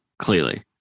clearly